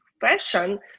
fashion